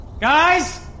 Guys